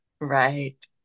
right